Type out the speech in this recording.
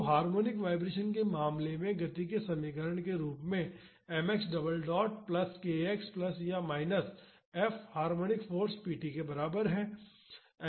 तो harmonic vibration के मामले में गति के समीकरण के रूप में mx double dot plus kx plus या minus F harmonic force pt के बराबर है